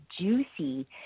juicy